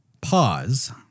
pause